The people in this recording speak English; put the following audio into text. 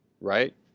right